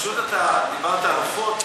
דיברת על עופות,